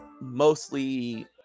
mostly